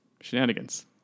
Shenanigans